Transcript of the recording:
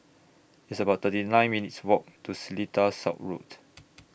It's about thirty nine minutes' Walk to Seletar South Road